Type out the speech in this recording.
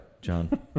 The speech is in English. John